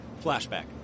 Flashback